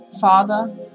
Father